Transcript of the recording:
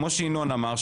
כמו שינון אמר,